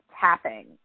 tapping